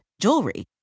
jewelry